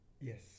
Yes